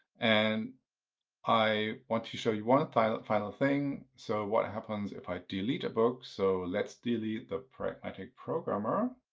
and i want to show you one final final thing. so what happens if i delete a book? so let's delete the pragmatic programmer.